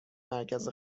مرکز